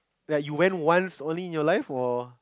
like you went once only in your life or